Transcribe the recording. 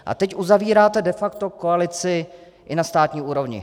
A teď uzavíráte de facto koalici i na státní úrovni.